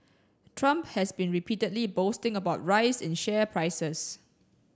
trump has been repeatedly boasting about rise in share prices